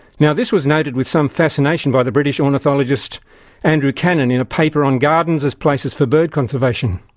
yeah this was noted with some fascination by the british ornithologist andrew cannon in a paper on gardens as places for bird conservation.